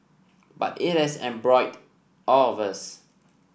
but it has embroiled all of us